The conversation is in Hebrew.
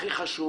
הכי חשוב